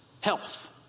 health